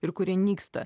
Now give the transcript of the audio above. ir kurie nyksta